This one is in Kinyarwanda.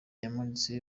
yamuritse